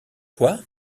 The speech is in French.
quoi